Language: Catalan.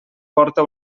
porta